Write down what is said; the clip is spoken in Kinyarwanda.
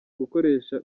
gukoresha